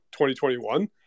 2021